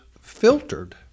filtered